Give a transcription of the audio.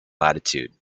latitude